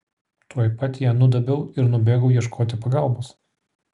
tuoj pat ją nudobiau ir nubėgau ieškoti pagalbos